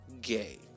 gay